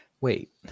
Wait